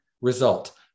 result